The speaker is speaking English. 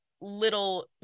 little